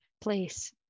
place